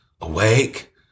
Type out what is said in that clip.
Awake